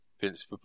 Vince